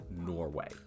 Norway